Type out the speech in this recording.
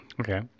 Okay